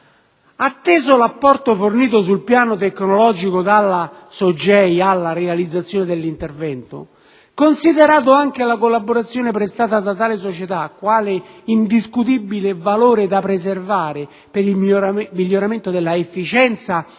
Atteso l'apporto fornito sul piano tecnologico dalla SOGEI alla realizzazione dell'intervento, considerando anche la collaborazione prestata da tale società quale indiscutibile valore da preservare per il miglioramento della efficienza